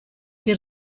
che